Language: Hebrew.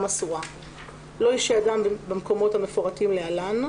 אסורה 2א. לא ישהה אדם במקומות המפורטים להלן: